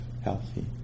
healthy